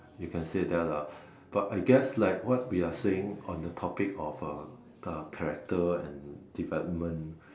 you can say that lah but I guess like what we are saying on the topic of character and development